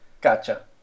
Gotcha